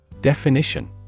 Definition